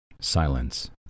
Silence